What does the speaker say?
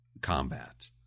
combat